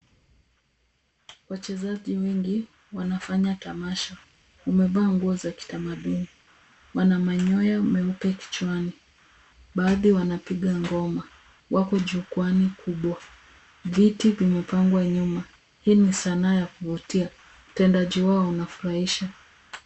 Wachezaji wengi wanafanya tamasha. Wamveaa nguo za kitamaduni. Wana manyoya meupe kichwani. Baadhi wanapiga ngoma. Wako jukwaani kubwa. Viti vimepangwa nyuma. Hii ni sanaa ya kuvutia. Utendaji wao unafurahisha.